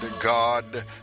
God